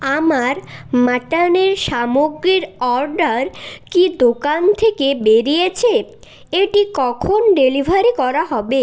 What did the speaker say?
আমার মাটনের সামগ্রীর অর্ডার কি দোকান থেকে বেরিয়েছে এটি কখন ডেলিভারি করা হবে